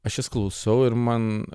aš jas klausau ir man